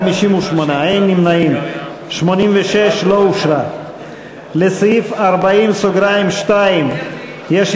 קבוצת סיעת חד"ש וקבוצת סיעת מרצ לסעיף 40(1) לא נתקבלה.